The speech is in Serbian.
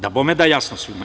Dabome da je jasno svima.